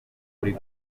buri